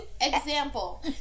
Example